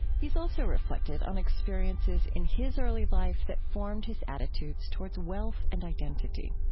he's also reflected on experiences in his early life that formed his attitudes towards wealth and identity.